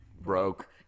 broke